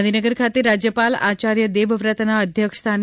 ગાંધીનગર ખાતે રાજયપાલ આચાર્ય દેવવ્રતના અધ્યક્ષ સ્થાને